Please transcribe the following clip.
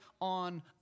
on